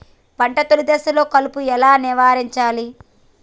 పంట తొలి దశలో కలుపు ఎలా నివారించాలి?